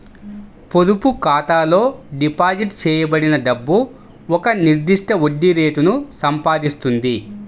పొదుపు ఖాతాలో డిపాజిట్ చేయబడిన డబ్బు ఒక నిర్దిష్ట వడ్డీ రేటును సంపాదిస్తుంది